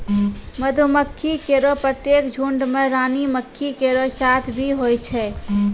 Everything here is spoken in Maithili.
मधुमक्खी केरो प्रत्येक झुंड में रानी मक्खी केरो साथ भी होय छै